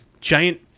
giant